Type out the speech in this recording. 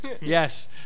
Yes